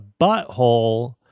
butthole